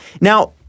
Now